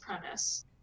premise